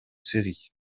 série